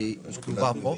שהיא כתובה פה,